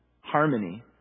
harmony